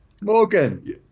Morgan